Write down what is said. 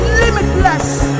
limitless